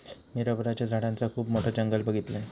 मी रबराच्या झाडांचा खुप मोठा जंगल बघीतलय